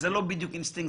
זה לא בדיוק אינסטינקט.